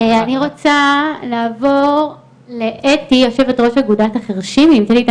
אני מבקשת לתת לחיים את